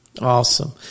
Awesome